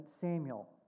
Samuel